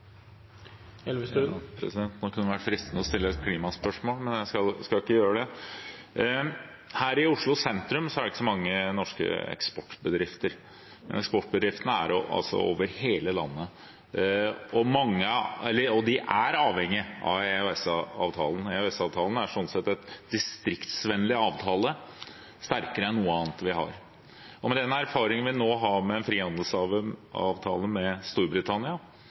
det ikke så mange norske eksportbedrifter. Eksportbedriftene er over hele landet, og de er avhengige av EØS-avtalen. EØS-avtalen er sånn sett en distriktsvennlig avtale, sterkere enn noe annet vi har. Med den erfaringen vi nå har med en frihandelsavtale med Storbritannia,